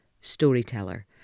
storyteller